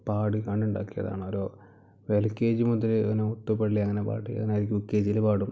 പാടി കൊണ്ണ്ടുക്കിയതാണോരോ L K G മുതൽ ഞാനോത്ത് പള്ളി അങ്ങനെ പാടി യൂ കെ ജിയിൽ പാടും